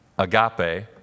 agape